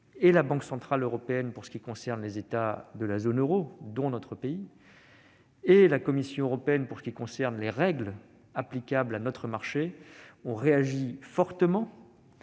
la Banque centrale européenne, pour ce qui concerne les États de la zone euro, dont notre pays, et la Commission européenne, s'agissant des règles applicables à notre marché, ont réagi fortement.